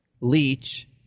Leech